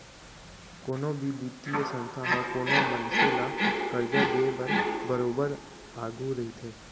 कोनो भी बित्तीय संस्था ह कोनो मनसे ल करजा देय बर बरोबर आघू रहिथे